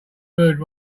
mood